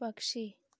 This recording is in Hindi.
पक्षी